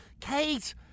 kate